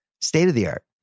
State-of-the-art